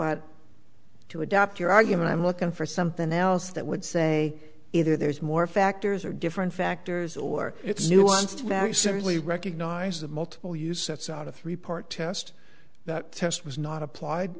but to adapt your argument i'm looking for something else that would say either there's more factors or different factors or it's nuanced very seriously recognizes the multiple use sets out a three part test that test was not applied